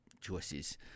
choices